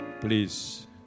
Please